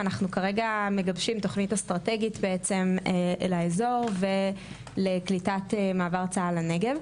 כרגע אנחנו מגבשים תוכנית אסטרטגית לאזור ולקליטת מעבר צה"ל לנגב.